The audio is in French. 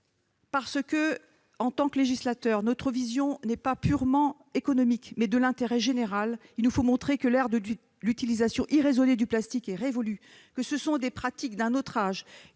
bio ? En tant que législateur, notre vision n'est pas purement économique ; elle doit exprimer l'intérêt général. Il nous faut montrer que l'ère de l'utilisation irraisonnée du plastique est révolue et que ce sont des pratiques d'un autre âge.